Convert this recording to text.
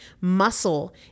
Muscle